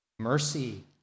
Mercy